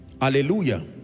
Hallelujah